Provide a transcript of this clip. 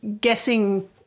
guessing